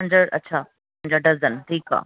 पंज अच्छा पंज दजन ठीकु आहे